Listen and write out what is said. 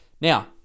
Now